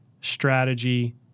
strategy